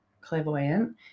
clairvoyant